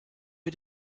wir